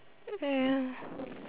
ya